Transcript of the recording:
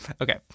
Okay